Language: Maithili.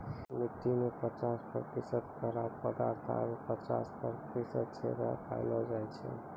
मट्टी में पचास प्रतिशत कड़ा पदार्थ आरु पचास प्रतिशत छेदा पायलो जाय छै